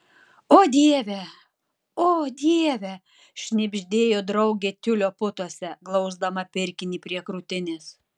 o dieve o dieve šnibždėjo draugė tiulio putose glausdama pirkinį prie krūtinės